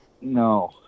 No